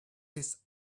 his